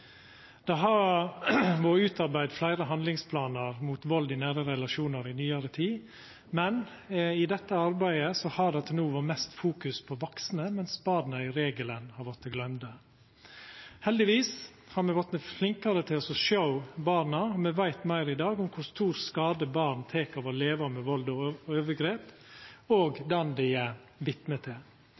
Det har vore utarbeidd fleire handlingsplanar mot vald i nære relasjonar i nyare tid, men i dette arbeidet har det til no vore mest fokus på vaksne, mens barna i regelen har vorte gløymde. Heldigvis har me vorte flinkare til å sjå barna, og me veit meir i dag om kor stor skade barn tek av å leva med vald og overgrep og den dei er vitne til.